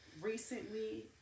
recently